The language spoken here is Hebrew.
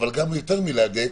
אבל גם יותר מלהדק,